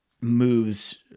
moves